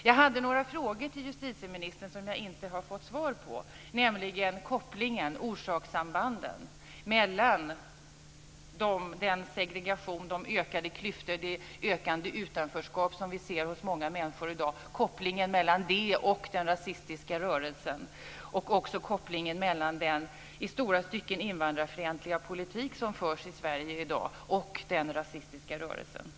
Jag hade några frågor till justitieministern som jag inte har fått svar på, nämligen om kopplingen och orsakssambanden mellan den segregation, de ökade klyftor och det ökade utanförskap som vi ser hos många människor i dag och den rasistiska rörelsen. Det gäller också kopplingen mellan den i stora stycken invandrarfientliga politik som förs i Sverige i dag och den rasistiska rörelsen.